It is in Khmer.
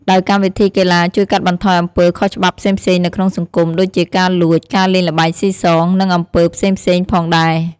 ដោយកម្មវិធីកីឡាជួយកាត់បន្ថយអំពើខុសច្បាប់ផ្សេងៗនៅក្នុងសង្គម ដូចជាការលួច ការលេងល្បែងស៊ីសង និងអំពើផ្សេងៗផងដែរ។